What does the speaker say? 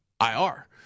IR